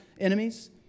enemies